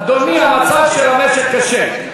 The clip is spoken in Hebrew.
אדוני, המצב של המשק קשה.